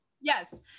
Yes